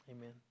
Amen